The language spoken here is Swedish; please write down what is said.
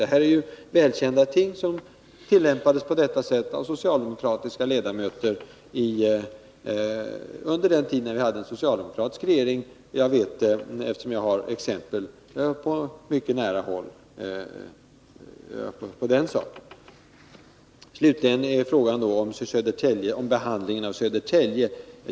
Det här är ju välkända ting, och metoden tillämpades av socialdemokratiska ledamöter under den tid då vi hade en socialdemokratisk regering. Jag vet detta, eftersom jag har ett exempel på mycket nära håll. Slutligen behandlingen av Södertälje.